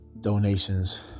donations